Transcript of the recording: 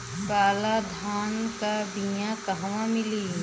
काला धान क बिया कहवा मिली?